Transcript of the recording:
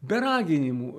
be raginimų